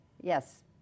yes